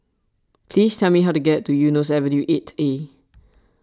please tell me how to get to Eunos Avenue eight A